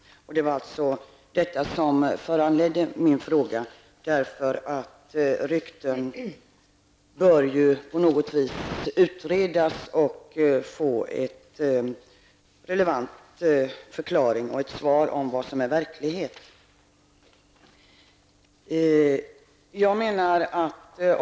Det var alltså detta som föranledde min fråga. Rykten bör ju på något vis utredas och få en relevant förklaring. Man bör få veta vad som är verklighet.